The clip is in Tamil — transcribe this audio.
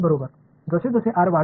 மாணவர் சதுரம்